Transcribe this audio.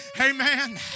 amen